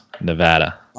Nevada